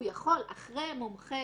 הוא יכול לבקש מינוי מומחה